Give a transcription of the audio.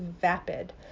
vapid